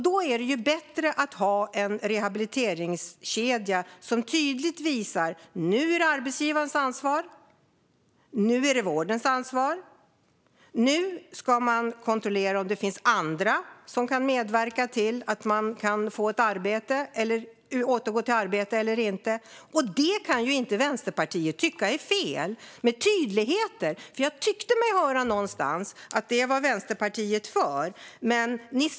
Då är det bättre att ha en rehabiliteringskedja som tydligt visar när det är arbetsgivarens respektive vårdens ansvar. Nu ska man kontrollera om det finns andra som kan medverka till att man kan återgå till arbete. Och Vänsterpartiet kan ju inte tycka att det är fel med tydlighet, för jag tyckte mig höra någonstans att Vänsterpartiet är för det.